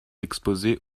exposée